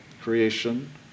creation